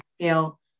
scale